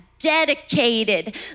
dedicated